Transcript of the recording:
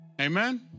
Amen